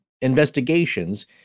investigations